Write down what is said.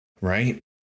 Right